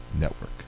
Network